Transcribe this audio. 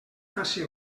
faci